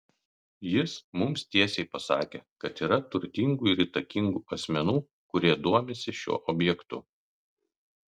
jis mums tiesiai pasakė kad yra turtingų ir įtakingų asmenų kurie domisi šiuo objektu